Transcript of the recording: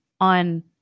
on